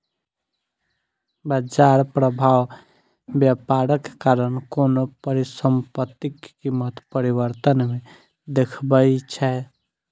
बाजार प्रभाव व्यापारक कारण कोनो परिसंपत्तिक कीमत परिवर्तन मे देखबै छै